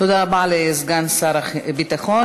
תודה רבה לסגן שר הביטחון.